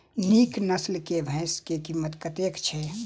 नीक नस्ल केँ भैंस केँ कीमत कतेक छै?